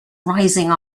rising